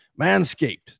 Manscaped